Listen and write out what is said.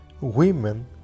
women